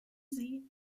sie